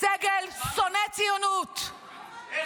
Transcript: סגל שונא ציונות -- תגידי, את נורמלית?